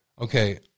Okay